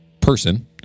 person